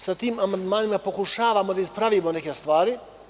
Sa tim amandmanima pokušavamo da ispravimo neke stvari.